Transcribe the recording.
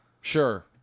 Sure